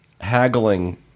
haggling